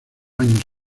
años